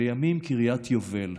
לימים קריית יובל,